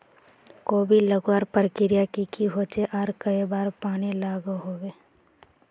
कोबी लगवार प्रक्रिया की की होचे आर कई बार पानी लागोहो होबे?